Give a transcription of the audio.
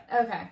Okay